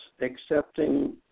accepting